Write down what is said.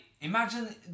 Imagine